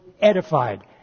edified